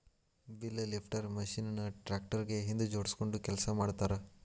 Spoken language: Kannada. ಬೇಲ್ ಲಿಫ್ಟರ್ ಮಷೇನ್ ನ ಟ್ರ್ಯಾಕ್ಟರ್ ಗೆ ಹಿಂದ್ ಜೋಡ್ಸ್ಕೊಂಡು ಕೆಲಸ ಮಾಡ್ತಾರ